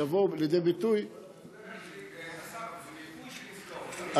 יבואו לידי ביטוי אז זה ביקוש, אז,